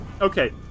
Okay